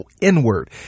inward